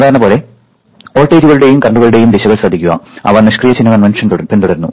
സാധാരണ പോലെ വോൾട്ടേജുകളുടെയും കറന്റുകളുടെയും ദിശകൾ ശ്രദ്ധിക്കുക അവ നിഷ്ക്രിയ ചിഹ്ന കൺവെൻഷൻ പിന്തുടരുന്നു